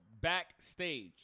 Backstage